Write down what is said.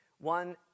One